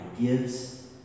gives